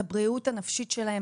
את הבריאות הנפשית שלהם,